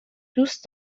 دوست